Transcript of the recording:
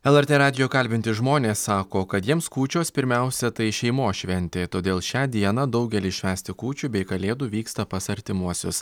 lrt radijo kalbinti žmonės sako kad jiems kūčios pirmiausia tai šeimos šventė todėl šią dieną daugelis švęsti kūčių bei kalėdų vyksta pas artimuosius